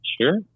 Sure